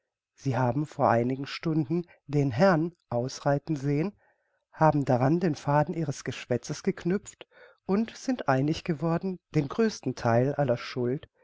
sie haben vor einigen stunden den herrn ausreiten sehen haben daran den faden ihres geschwätzes geknüpft und sind einig geworden den größten theil aller schuld